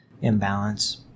imbalance